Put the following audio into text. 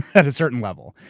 at a certain level.